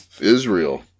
Israel